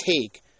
take